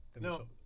No